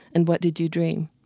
and what did you dream?